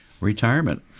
retirement